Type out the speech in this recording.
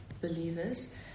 believers